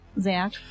Zach